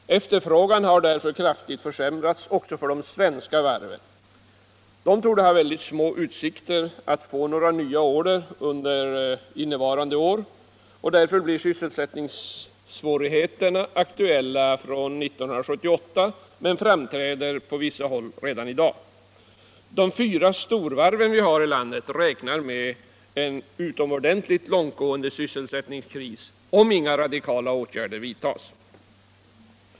Efterfrågan har därför kraftigt försämrats också för de svenska varven. Dessa torde ha mycket små utsikter att få några nya order under innevarande år. Därför blir sysselsättningssvårigheterna aktuella från 1978 men framträder på vissa håll redan i dag. De fyra storvarven här i landet räknar med en utomordentligt långt gående sysselsättningskris om inga radikala åtgärder vidtas.